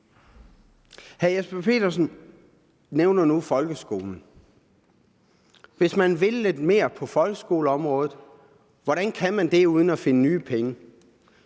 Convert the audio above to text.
Hr. Jesper Petersen nævner nu folkeskolen. Hvis man vil lidt mere på folkeskoleområdet, hvordan kan man så det uden at finde nye penge?